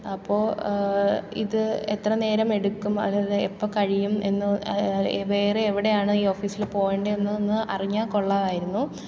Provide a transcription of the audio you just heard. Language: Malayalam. അപ്പോൾ ഇത് എത്ര നേരമെടുക്കും അതായത് എപ്പോൾ കഴിയും എന്ന് വേറെ എവിടെയാണ് ഈ ഓഫീസിൽ പോവേണ്ടത് എന്ന് ഒന്ന് അറിഞ്ഞാൽ കൊള്ളാമായിരുന്നു